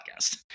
podcast